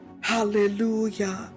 Hallelujah